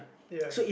ya